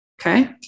Okay